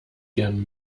gern